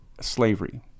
slavery